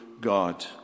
God